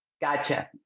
Gotcha